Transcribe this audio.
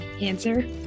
Answer